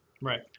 Right